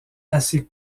assez